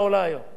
היום,